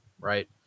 right